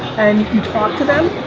and you talk to them,